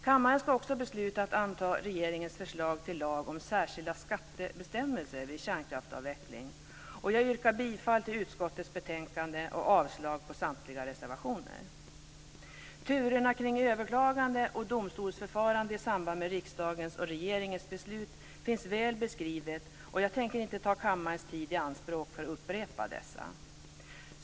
Kammaren ska också besluta att anta regeringens förslag till lag om särskilda skattebestämmelser vid kärnkraftsavveckling, och jag yrkar bifall till utskottets hemställan och avslag på samtliga reservationer. Turerna kring överklagande och domstolsförfarande i samband med riksdagens och regeringens beslut finns väl beskrivna, och jag tänker inte ta kammarens tid i anspråk för att upprepa dessa.